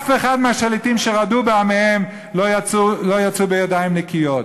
אף אחד מהשליטים שרדו בעמיהם לא יצאו בידיים נקיות.